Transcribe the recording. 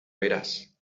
verás